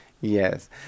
Yes